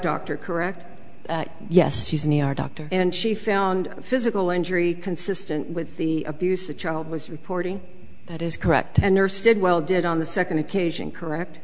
doctor correct yes she's an e r doctor and she found physical injury consistent with the abuse the child was reporting that is correct and nurse did well did on the second occasion correct